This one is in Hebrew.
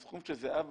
הסכום שזהבה